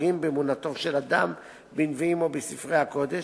הפוגעים באמונתו של אדם בנביאים או בספרי הקודש,